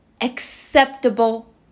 acceptable